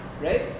Right